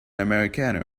americano